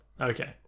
Okay